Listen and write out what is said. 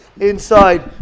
inside